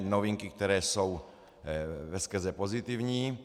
Novinky, které jsou ve skrze pozitivní.